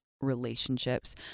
relationships